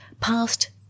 past